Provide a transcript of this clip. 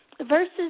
versus